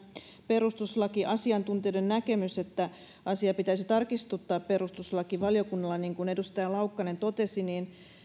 perustuslakiasiantuntijoiden näkemys että asia pitäisi tarkistuttaa perustuslakivaliokunnalla niin kuin edustaja laukkanen totesi niin